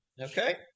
Okay